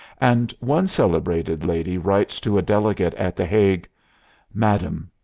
and one celebrated lady writes to a delegate at the hague madam,